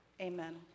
Amen